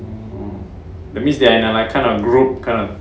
oh that means they are like kind of group kind of